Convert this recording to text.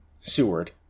Seward